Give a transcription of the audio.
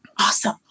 awesome